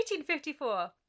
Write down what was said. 1854